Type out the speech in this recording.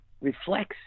reflects